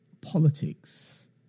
politics